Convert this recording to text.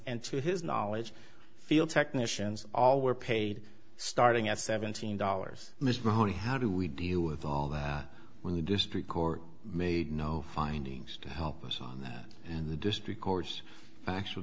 and to his knowledge field technicians all were paid starting at seventeen dollars mr mahoney how do we deal with all that when the district court made no findings to help us on that and the district corps factual